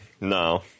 No